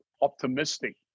optimistic